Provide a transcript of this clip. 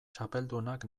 txapeldunak